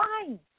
fine